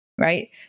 right